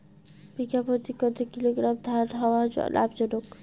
বিঘা প্রতি কতো কিলোগ্রাম ধান হওয়া লাভজনক?